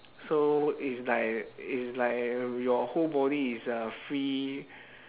so it's like it's like uh your whole body is uh free